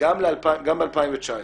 גם ב-2019.